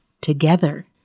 together